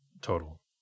total